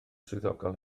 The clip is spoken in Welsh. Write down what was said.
swyddogol